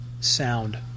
sound